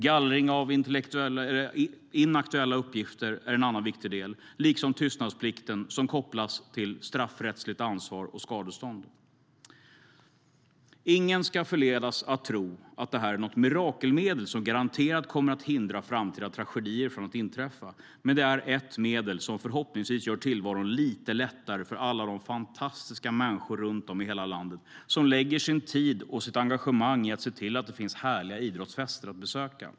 Gallring av inaktuella uppgifter är en annan viktig del liksom tystnadsplikten som kopplas till straffrättsligt ansvar och skadestånd. Ingen ska förledas att tro att detta är något mirakelmedel som garanterat kommer att hindra framtida tragedier från att inträffa, men det är ett medel som förhoppningsvis gör tillvaron lite lättare för alla de fantastiska människor runt om i hela landet som ägnar sin tid och sitt engagemang åt att se till att det finns härliga idrottsfester att besöka.